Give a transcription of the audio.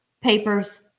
papers